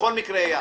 בכל מקרה, איל.